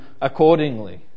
accordingly